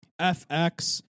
FX